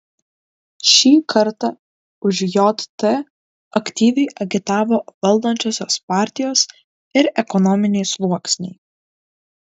šį kartą už jt aktyviai agitavo valdančiosios partijos ir ekonominiai sluoksniai